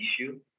issue